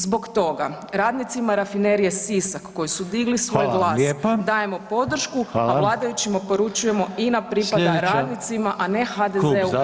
Zbog toga, radnicima rafinerije Sisak koji su digli svoj glas, [[Upadica Reiner: Hvala vam lijepa.]] dajemo podršku a vladajućima poručujemo INA pripada radnicima a ne HDZ-u